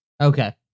Okay